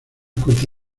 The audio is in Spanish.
corta